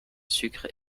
sucre